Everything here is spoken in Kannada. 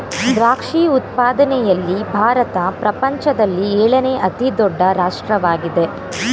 ದ್ರಾಕ್ಷಿ ಉತ್ಪಾದನೆಯಲ್ಲಿ ಭಾರತ ಪ್ರಪಂಚದಲ್ಲಿ ಏಳನೇ ಅತಿ ದೊಡ್ಡ ರಾಷ್ಟ್ರವಾಗಿದೆ